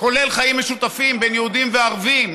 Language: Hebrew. כולל חיים משותפים בין יהודים לערבים.